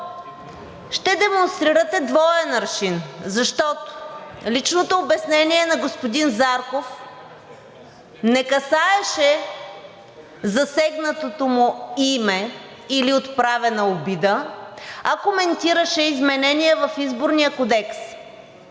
ще демонстрирате двоен аршин, защото личното обяснение на господин Зарков не касаеше засегнатото му име или отправена обида, а коментираше изменения в Изборния кодекс.